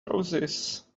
roses